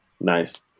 Nice